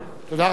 תודה רבה.